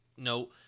No